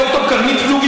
ד"ר קרנית פלוג,